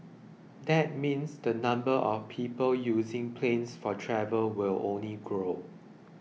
that means the number of people using planes for travel will only grow